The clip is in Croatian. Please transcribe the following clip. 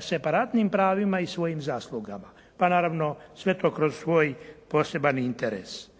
separatnim pravima i svojim zaslugama. Pa naravno, sve to kroz svoj poseban interes.